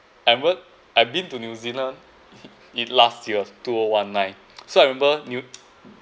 I'm w~ I've been to new zealand in last year two O one nine so I remember dur~